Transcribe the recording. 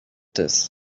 this